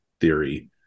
theory